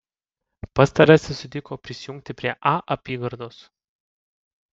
pastarasis sutiko prisijungti prie a apygardos